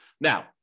Now